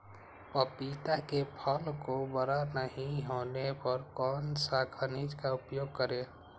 पपीता के फल को बड़ा नहीं होने पर कौन सा खनिज का उपयोग करें?